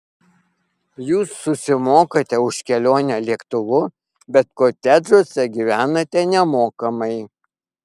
jūs susimokate už kelionę lėktuvu bet kotedžuose gyvenate nemokamai